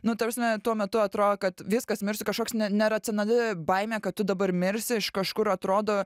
nu ta prasme tuo metu atrodo kad viskas mirštu kažkoks ne neracionali baimė kad tu dabar mirsi iš kažkur atrodo